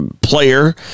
Player